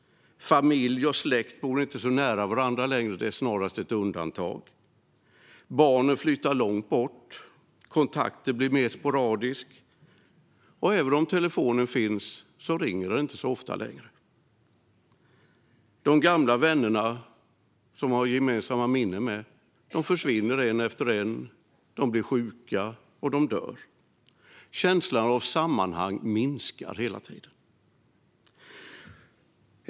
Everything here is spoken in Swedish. Familj och släkt bor inte nära varandra längre, utan det är i stället snarast ett undantag. Barnen flyttar långt bort, kontakten blir mer sporadisk och även om telefonen finns ringer den inte så ofta längre. De gamla vännerna som man har gemensamma minnen med försvinner en efter en - de blir sjuka och dör. Känslan av sammanhang minskar hela tiden.